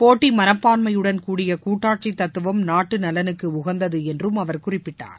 போட்டி மனப்பான்மையுடன் கூடிய கூட்டாட்சி தத்துவம் நாட்டு நலனுக்கு உகந்தது என்றும் அவர் குறிப்பிட்டார்